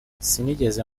sinigeze